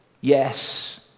Yes